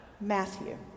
Matthew